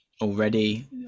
already